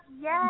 Yes